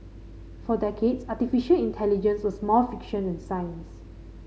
for decades artificial intelligence was more fiction than science